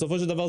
בסופו של דבר,